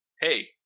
Hey